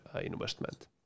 investment